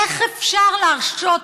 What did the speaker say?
איך אפשר להרשות,